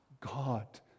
God